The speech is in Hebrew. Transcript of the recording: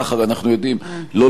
לא לכולם,